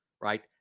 right